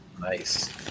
nice